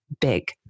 big